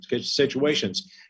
situations